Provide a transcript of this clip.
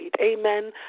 amen